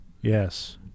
Yes